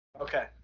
Okay